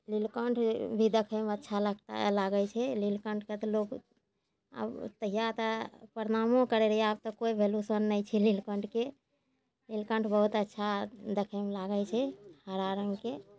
नीलकण्ठ भी देखैमे अच्छा लगता लागै छै नीलकण्ठके तऽ लोक आब तहिआ तऽ प्रणामो करै रहिए आब तऽ कोइ वैल्यूशन नहि छै नीलकण्ठके नीलकण्ठ बहुत अच्छा देखैमे लागै छै हरा रङ्गके